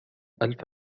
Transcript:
ألف